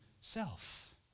self